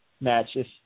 matches